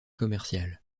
commercial